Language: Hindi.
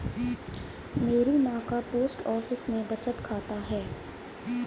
मेरी मां का पोस्ट ऑफिस में बचत खाता है